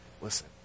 listen